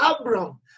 Abraham